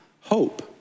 Hope